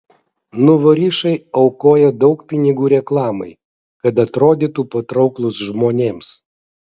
nuvorišai aukoja daug pinigų reklamai kad atrodytų patrauklūs žmonėms